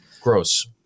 Gross